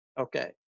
okay